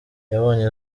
yabonye